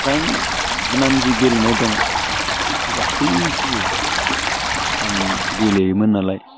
प्राय जिमान जि गेलेनाय दं बे गासैखौबो आं गेलेयोमोन नालाय